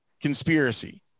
conspiracy